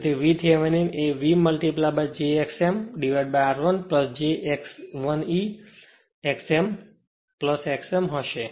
તેથી VThevenin એ v j x m r1 j x1e x m હશે